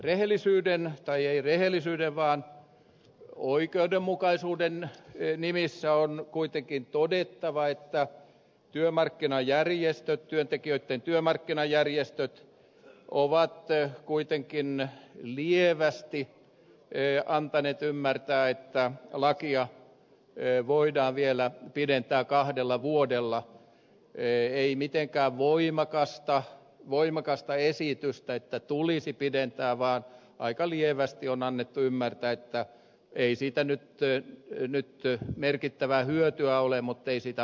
rehellisyyden tai ei rehellisyyden vaan oikeudenmukaisuuden nimissä on kuitenkin todettava että työmarkkinajärjestöt työntekijöitten työmarkkinajärjestöt ovat kuitenkin lievästi antaneet ymmärtää että lakia voidaan vielä pidentää kahdella vuodella ei mitenkään voimakasta esitystä että tulisi pidentää vaan aika lievästi on annettu ymmärtää että ei siitä nyt merkittävää hyötyä ole mutta ei siitä haittaakaan ole